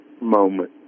moment